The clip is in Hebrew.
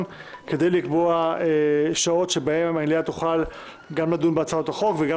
כדי לקבוע שעות שבהן המליאה תוכל גם לדון בהצעות החוק וגם